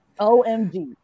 OMG